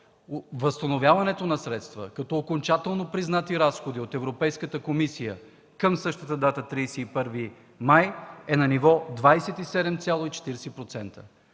Възстановяването на средства като окончателно признати разходи от Европейската комисия към същата дата – 31 май, е на ниво 27,40%